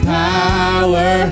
power